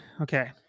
Okay